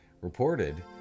reported